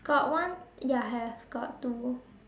got one ya have got two